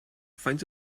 faint